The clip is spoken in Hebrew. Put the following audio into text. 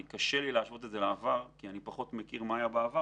קשה לי להשוות את זה לעבר כי אני פחות מכיר את מה שהיה בעבר,